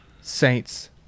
Saints